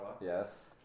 Yes